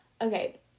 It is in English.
Okay